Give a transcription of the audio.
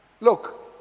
Look